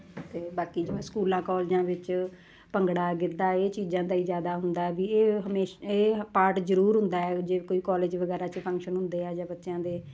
ਅਤੇ ਬਾਕੀ ਜਿਵੇਂ ਸਕੂਲਾਂ ਕਾਲਜਾਂ ਵਿੱਚ ਭੰਗੜਾ ਗਿੱਧਾ ਇਹ ਚੀਜ਼ਾਂ ਦਾ ਹੀ ਜ਼ਿਆਦਾ ਹੁੰਦਾ ਵੀ ਇਹ ਹਮੇਸ਼ਾ ਇਹ ਪਾਰਟ ਜ਼ਰੂਰ ਹੁੰਦਾ ਜੇ ਕੋਈ ਕਾਲਜ ਵਗੈਰਾ 'ਚ ਫੰਕਸ਼ਨ ਹੁੰਦੇ ਆ ਜਾਂ ਬੱਚਿਆਂ ਦੇ